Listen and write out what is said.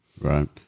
Right